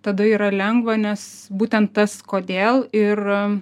tada yra lengva nes būtent tas kodėl ir